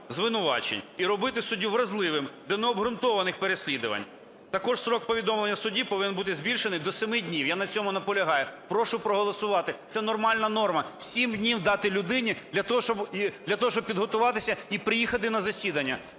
звинувачень і робити суддю вразливим до необґрунтованих переслідувань. Також строк повідомлення судді повинен бути збільшений до 7 днів, я на цьому наполягаю. Прошу проголосувати, це нормальна норма: 7 днів дати людині для того, щоб підготуватися і приїхати на засідання.